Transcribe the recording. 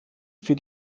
für